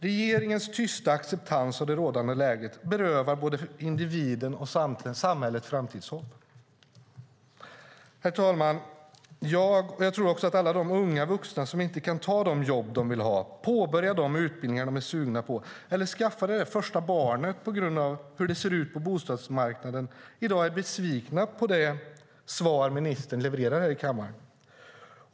Regeringens tysta acceptans av det rådande läget berövar både individen och samhället framtidshopp. Herr talman! Jag tror att alla de unga vuxna som inte kan ta de jobb som de vill ha, påbörja de studier de är sugna på eller skaffa det första barnet på grund av hur det ser ut på bostadsmarknaden i dag är besvikna på det svar ministern levererar här i kammaren.